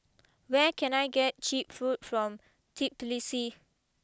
where can I get cheap food from Tbilisi